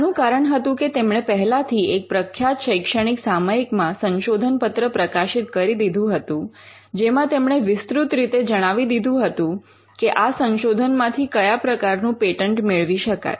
આનું કારણ હતું કે તેમણે પહેલાથી એક પ્રખ્યાત શૈક્ષણિક સામયિકમાં સંશોધનપત્ર પ્રકાશિત કરી દીધું હતું જેમાં તેમણે વિસ્તૃત રીતે જણાવી દીધું હતું કે આ સંશોધનમાંથી કયા પ્રકારનું પેટન્ટ મેળવી શકાય